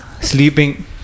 Sleeping